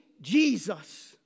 Jesus